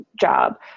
job